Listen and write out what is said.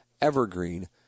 Evergreen